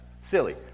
Silly